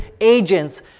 agents